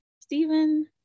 Stephen